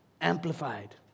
amplified